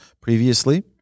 previously